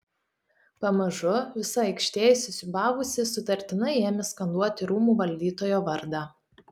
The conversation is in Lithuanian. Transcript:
pamažu visa aikštė įsisiūbavusi sutartinai ėmė skanduoti rūmų valdytojo vardą